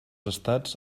estats